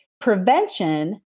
prevention